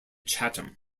chatham